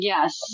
Yes